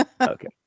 Okay